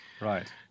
Right